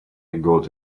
got